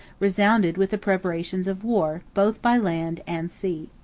resounded with the preparations of war both by land and sea.